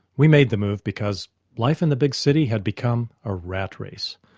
we made the move because life in the big city had become a rat race.